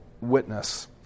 witness